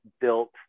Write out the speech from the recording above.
built